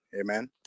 Amen